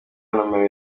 nomero